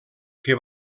que